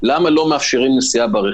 למה לא מאפשרים נסיעה ברכב?